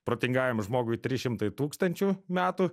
protingajam žmogui trys šimtai tūkstančių metų